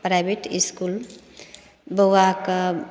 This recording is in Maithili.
प्राइवेट इसकुल बौआके